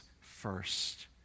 first